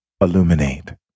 illuminate